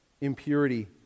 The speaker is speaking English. impurity